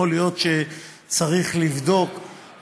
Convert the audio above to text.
יכול להיות שצריך לבדוק,